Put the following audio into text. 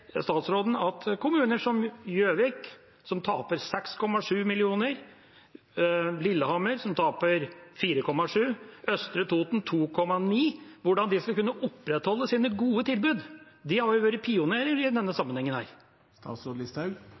statsråden at kommuner som Gjøvik, som taper 6,7 mill. kr, Lillehammer, som taper 4,7 mill. kr, og Østre Toten, som taper 2,9 mill. kr, skal kunne opprettholde sine gode tilbud? De har jo vært pionerer i denne sammenhengen.